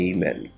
Amen